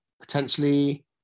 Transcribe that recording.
potentially